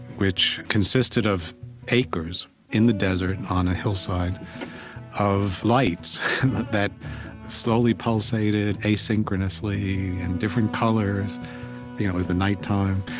which consisted of acres in the desert on a hillside of lights that slowly pulsated, asynchronously, in different colors. it was the nighttime.